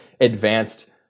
advanced